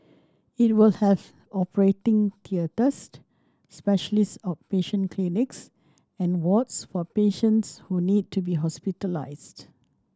it will have operating theatres specialist outpatient clinics and wards for patients who need to be hospitalised